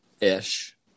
ish